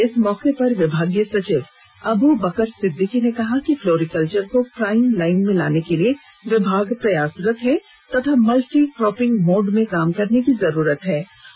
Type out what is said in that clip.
इस मौके पर विभागीय सचिव अब् बकर सिद्दिकी ने कहा कि फ्लोरीकल्वर को प्राईम लाईन में लाने के लिये विभाग प्रयासरत है तथा मल्टी क्रॉपिंग मोड में काम करने की जरूरत पर जोर दिया